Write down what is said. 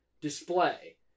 display